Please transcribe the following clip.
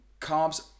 carbs